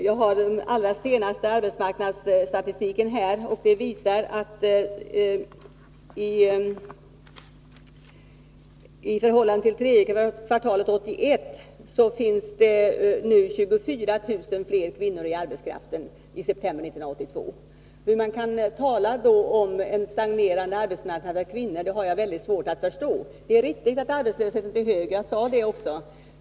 Jag har den allra senaste arbetsmarknadsstatistiken här, och den visar att det nu i september 1982 i förhållande till tredje kvartalet 1981 fanns 24 000 fler kvinnor i arbetskraften. Hur man då kan tala om en stagnerande arbetsmarknad när det gäller kvinnorna har jag väldigt svårt att förstå. Det är riktigt att arbetslösheten är hög — jag sade det också.